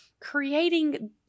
creating